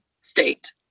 state